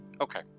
Okay